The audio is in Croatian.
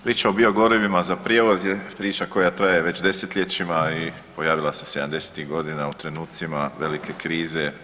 Priča o biogorivima za prijevoz je priča koja traje već desetljećima i pojavila se '70.-tih godina u trenucima velike krize.